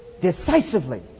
decisively